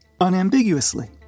unambiguously